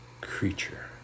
creature